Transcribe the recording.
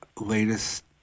latest